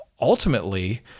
ultimately